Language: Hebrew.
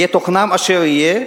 יהיה תוכנם אשר יהיה,